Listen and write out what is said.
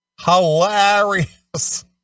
Hilarious